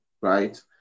Right